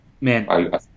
Man